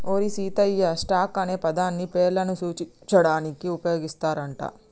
ఓరి సీతయ్య, స్టాక్ అనే పదాన్ని పేర్లను సూచించడానికి ఉపయోగిస్తారు అంట